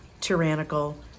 tyrannical